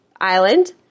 Island